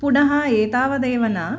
पुनः एतावदेव न